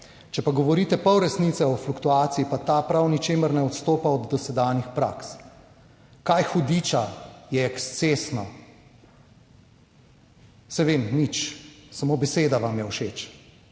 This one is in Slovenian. Če pa govorite pol resnice o fluktuaciji, pa ta prav v ničemer ne odstopa od dosedanjih praks. Kaj hudiča je ekscesno? Saj vem, nič, samo beseda vam je všeč,